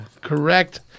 Correct